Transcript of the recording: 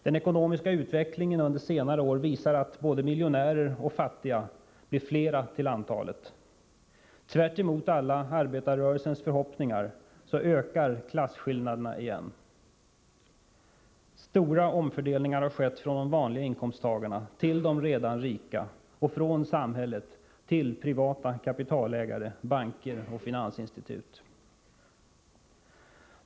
Den ekonomiska utvecklingen under senare år visar att både miljonärer och fattiga blir flera till antalet. Tvärtemot alla arbetarrörelsens förhoppningar ökar klasskillnaderna igen. Stora omfördelningar har skett från de vanliga inkomsttagarna till de redan rika och från samhället till privata kapitalägare, banker och finansinstitut.